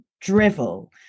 drivel